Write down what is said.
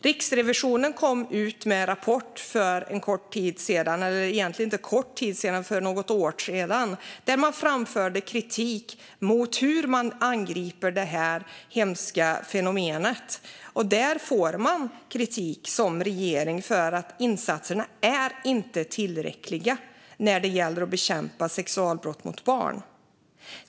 Riksrevisionen kom med en rapport för något år sedan där man framförde kritik mot hur detta hemska fenomen angrips. Där får regeringen kritik för att insatserna inte är tillräckliga när det gäller att bekämpa sexualbrott mot barn.